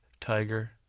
Tiger